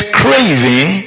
craving